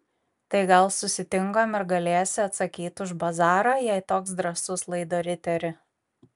tai gal susitinkam ir galėsi atsakyt už bazarą jei toks drąsus laido riteri